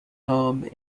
home